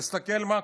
תסתכל מה קורה.